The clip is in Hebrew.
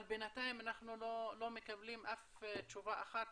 אבל בינתיים אנחנו לא מקבלים אף תשובה אחת